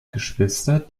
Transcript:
geschwister